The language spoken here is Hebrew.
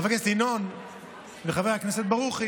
חבר הכנסת ינון וחבר הכנסת ברוכי,